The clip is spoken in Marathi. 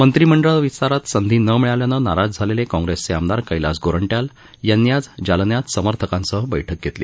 मंत्रिमंडळ विस्तारात संधी न मिळाल्यानं नाराज झालेले काँग्रेसचे आमदार कैलास गोरंट्याल यांनी आज जालन्यात समर्थकांसह बैठक घेतली